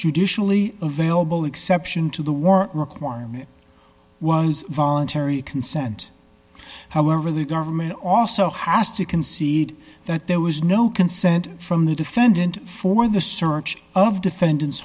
judicially available exception to the work requirement was voluntary consent however the government also has to concede that there was no consent from the defendant for the search of defendant